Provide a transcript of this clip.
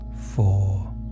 four